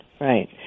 right